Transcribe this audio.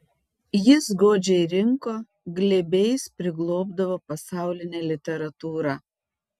jis godžiai rinko glėbiais priglobdavo pasaulinę literatūrą